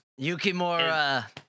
Yukimura